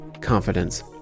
confidence